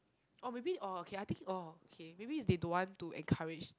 orh maybe okay I think okay maybe is they don't want to encourage